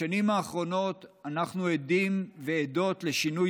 בשנים האחרונות אנחנו עדים ועדות לשינוי